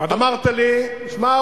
אמרת לי: שמע,